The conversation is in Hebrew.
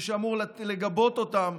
מי שאמור לגבות אותם,